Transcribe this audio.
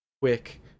quick